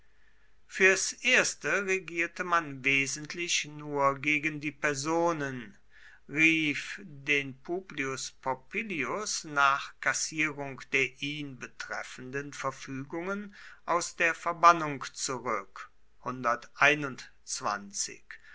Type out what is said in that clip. fürs erste reagierte man wesentlich nur gegen die personen rief den publius popillius nach kassierung der ihn betreffenden verfügungen aus der verbannung zurück